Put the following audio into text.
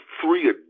three